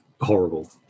horrible